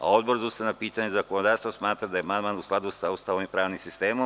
Odbor za ustavna pitanja i zakonodavstvo smatra da je amandman u skladu sa Ustavom i pravnim sistemom.